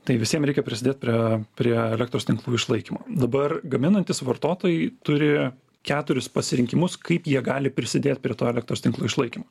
tai visiem reikia prisidėt prie prie elektros tinklų išlaikymo dabar gaminantys vartotojai turi keturis pasirinkimus kaip jie gali prisidėt prie to elektros tinklų išlaikymo